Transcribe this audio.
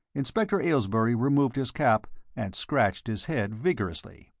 inspector aylesbury removed his cap and scratched his head vigorously.